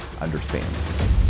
understand